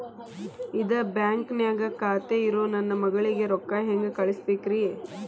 ಇದ ಬ್ಯಾಂಕ್ ನ್ಯಾಗ್ ಖಾತೆ ಇರೋ ನನ್ನ ಮಗಳಿಗೆ ರೊಕ್ಕ ಹೆಂಗ್ ಕಳಸಬೇಕ್ರಿ?